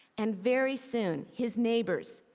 and very soon, his neighbors,